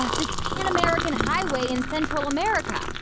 ah this pan-american highway in central america.